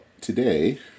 today